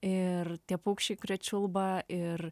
ir tie paukščiai kurie čiulba ir